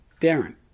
Darren